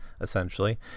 essentially